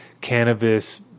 cannabis